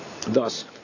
thus